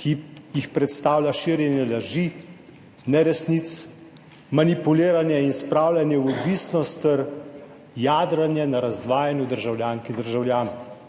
ki jih predstavlja širjenje laži, neresnic, manipuliranje in spravljanje v odvisnost ter jadranje na razdvajanju državljank in državljanov.